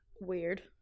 Weird